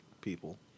people